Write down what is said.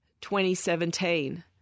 2017